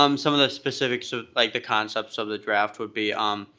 um some of the specifics of like the concepts of the draft would be, um